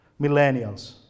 millennials